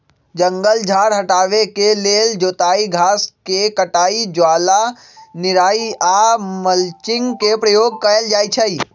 जङगल झार हटाबे के लेल जोताई, घास के कटाई, ज्वाला निराई आऽ मल्चिंग के प्रयोग कएल जाइ छइ